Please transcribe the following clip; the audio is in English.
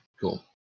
cool